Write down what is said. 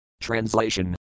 Translation